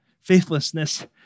Faithlessness